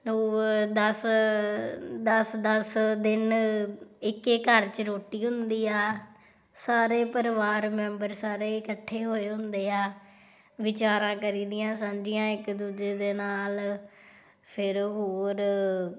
ਲੋਕ ਦਸ ਦਸ ਦਸ ਦਿਨ ਇੱਕੇ ਘਰ 'ਚ ਰੋਟੀ ਹੁੰਦੀ ਆ ਸਾਰੇ ਪਰਿਵਾਰ ਮੈਂਬਰ ਸਾਰੇ ਇਕੱਠੇ ਹੋਏ ਹੁੰਦੇ ਆ ਵਿਚਾਰਾਂ ਕਰੀਦੀਆਂ ਸਾਂਝੀਆਂ ਇੱਕ ਦੂਜੇ ਦੇ ਨਾਲ ਫਿਰ ਹੋਰ